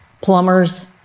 plumbers